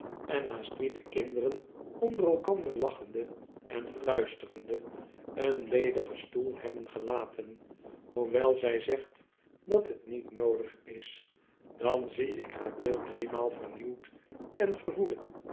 en naast wie de kinderen onder elkander lachende en lluisterende een ledigen stoel hebben gelaten hoewel zij zegt dat het niet noodig is dan zie ik haar beeld driemaal vernieuwd en gevoel